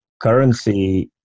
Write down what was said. currency